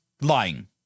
lying